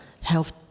health